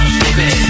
baby